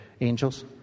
angels